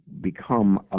become